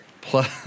Plus